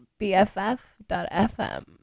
BFF.fm